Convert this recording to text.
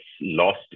lost